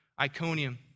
Iconium